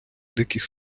диких